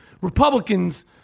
Republicans